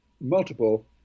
multiple